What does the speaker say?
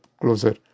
closer